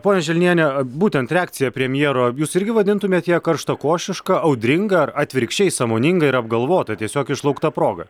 ponia želniene būtent reakcija premjero jūs irgi vadintumėt ją karštakošiška audringa ar atvirkščiai sąmoninga ir apgalvota tiesiog išlaukta proga